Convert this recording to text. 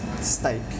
steak